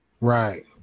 Right